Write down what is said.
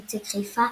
נציג חיפה,